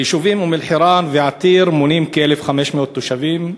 ביישובים אום-אלחיראן ועתיר חיים כ-1,500 תושבים,